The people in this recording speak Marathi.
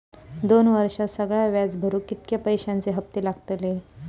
दोन वर्षात सगळा व्याज भरुक कितक्या पैश्यांचे हप्ते लागतले?